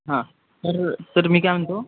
हां तर तर मी काय म्हणतो